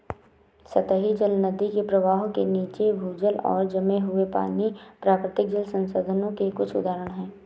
सतही जल, नदी के प्रवाह के नीचे, भूजल और जमे हुए पानी, प्राकृतिक जल संसाधनों के कुछ उदाहरण हैं